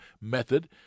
method